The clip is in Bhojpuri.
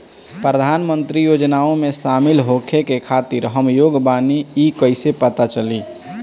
प्रधान मंत्री योजनओं में शामिल होखे के खातिर हम योग्य बानी ई कईसे पता चली?